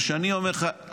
אני אומר לך,